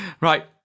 Right